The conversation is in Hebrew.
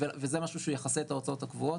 וזה משהו שיכסה את ההוצאות הקבועות.